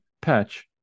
patch